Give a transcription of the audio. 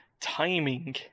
timing